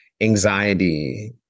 anxiety